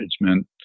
management